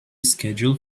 schedule